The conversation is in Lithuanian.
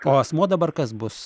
o asmuo dabar kas bus